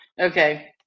okay